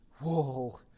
Whoa